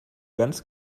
ganz